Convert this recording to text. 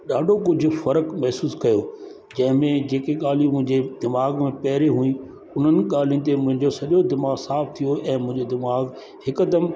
ॾाढो कुझु फ़र्क़ु महिसूसु कयो जंहिंमें जेकी ॻाल्हियूं मुंहिंजे दिमाग़ में पहिरियों हुई उन्हनि ॻाल्हियुनि ते मुंहिंजो सॼो दिमाग़ु साफ़ थी वियो ऐं मुंहिंजो दिमाग़ु हिकदमु